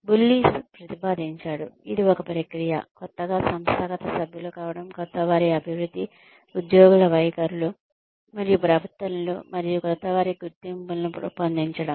బుల్లిస్ ప్రతిపాదించాడు ఇది ఒక ప్రక్రియ కొత్తగా సంస్థాగత సభ్యులు కావడం కొత్తవారి అభివృద్ది ఉద్యోగుల వైఖరులు మరియు ప్రవర్తనలు మరియు క్రొత్తవారి గుర్తింపులను రూపొందించడం